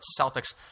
Celtics